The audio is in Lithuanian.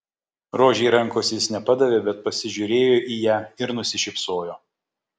rožei rankos jis nepadavė bet pasižiūrėjo į ją ir nusišypsojo